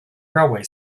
railway